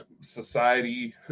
society